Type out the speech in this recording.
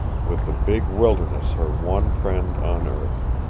with the big wilderness her one friend on earth.